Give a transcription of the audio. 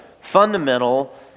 fundamental